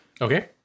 Okay